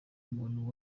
umuntu